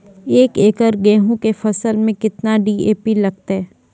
एक एकरऽ गेहूँ के फसल मे केतना डी.ए.पी लगतै?